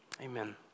amen